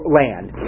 land